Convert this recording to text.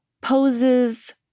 poses